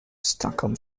stockholm